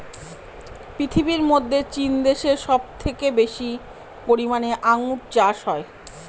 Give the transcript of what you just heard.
পৃথিবীর মধ্যে চীন দেশে সব থেকে বেশি পরিমানে আঙ্গুর চাষ হয়